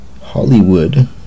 Hollywood